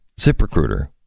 ZipRecruiter